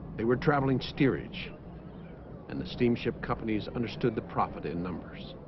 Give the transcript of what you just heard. they were traveling steerage and the steamship companies understood the profit in numbers